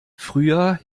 früher